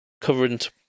current